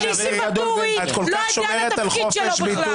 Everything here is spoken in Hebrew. ניסים ואטורי לא ידע את התפקיד שלו.